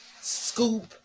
scoop